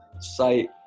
site